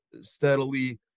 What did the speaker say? steadily